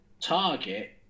target